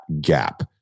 gap